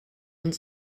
ond